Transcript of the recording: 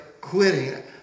quitting